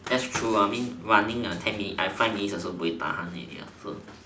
that's true mummy I mean running ten minutes I five minutes also buay-tahan already lah